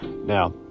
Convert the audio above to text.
Now